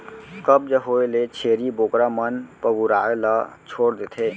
कब्ज होए ले छेरी बोकरा मन पगुराए ल छोड़ देथे